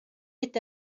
est